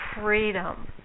freedom